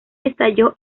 estalló